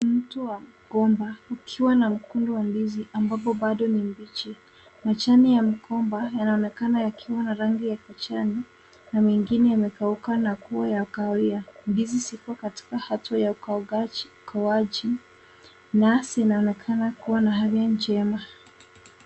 Mti wa mgomba ukiwa na mkunga wa ndizi ambapo bado ni mbichi. Majani ya mgomba yanaonekana yakiwa na rangi ya kijani na mengine yamekauka na kuwa ya kahawia. Ndizi zipo katika hatua ya ukuaji na zinaonekana kuwa katika hali njema.